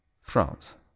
France